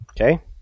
Okay